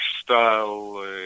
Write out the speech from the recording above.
style